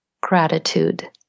gratitude